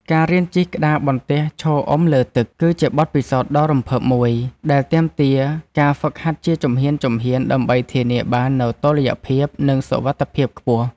ការរៀនជិះក្តារបន្ទះឈរអុំលើទឹក គឺជាបទពិសោធន៍ដ៏រំភើបមួយដែលទាមទារការហ្វឹកហាត់ជាជំហានៗ ដើម្បីធានាបាននូវតុល្យភាព និងសុវត្ថិភាពខ្ពស់។